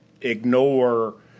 ignore